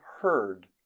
heard